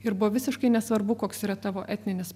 ir buvo visiškai nesvarbu koks yra tavo etninis